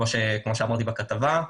כמו שאמרתי בכתבה,